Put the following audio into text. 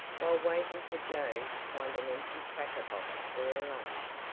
while waiting for joe to find an empty cracker box for her lunch.